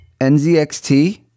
NZXT